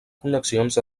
connexions